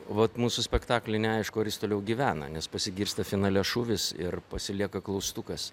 vat mūsų spektakly neaišku ar jis toliau gyvena nes pasigirsta finale šūvis ir pasilieka klaustukas